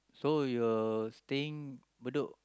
so you were staying Bedok